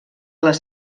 les